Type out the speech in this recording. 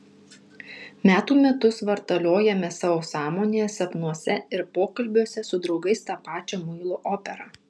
metų metus vartaliojame savo sąmonėje sapnuose ir pokalbiuose su draugais tą pačią muilo operą